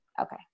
okay